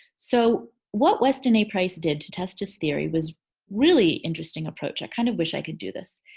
so, what weston a. price did to test his theory was really interesting approach. i kind of wish i could do this.